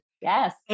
Yes